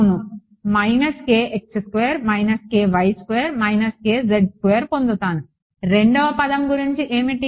అవును పోందుతాను రెండవ పదం గురించి ఏమిటి